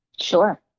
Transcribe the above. Sure